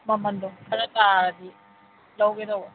ꯃꯃꯟꯗꯣ ꯈꯔ ꯇꯥꯔꯗꯤ ꯂꯧꯒꯦ ꯇꯧꯕ